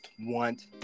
want